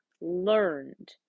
learned